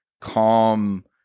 calm